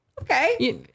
Okay